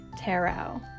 tarot